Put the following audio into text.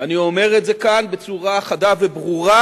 אני אומר את זה כאן בצורה חדה וברורה: